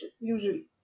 usually